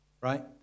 right